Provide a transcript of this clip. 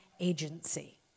agency